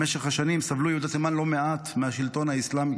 במשך השנים סבלו יהודי תימן לא מעט מהשלטון האסלאמי,